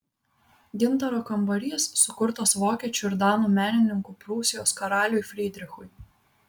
gintaro kambarys sukurtas vokiečių ir danų menininkų prūsijos karaliui frydrichui